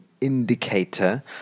indicator